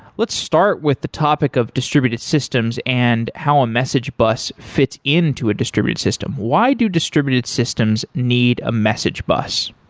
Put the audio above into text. let's start with the topic of distributed systems and how a message bus fits into a distributed system. why do distributed systems need a message bus?